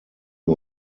wir